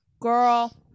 Girl